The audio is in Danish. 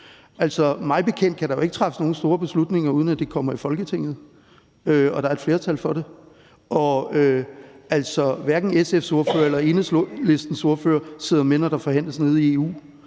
Mig bekendt kan der jo ikke træffes nogen store beslutninger, uden at det kommer i Folketinget og der er et flertal for det. Og hverken SF's ordfører eller Enhedslistens ordfører sidder med, når der forhandles nede i EU.